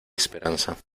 esperanza